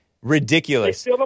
ridiculous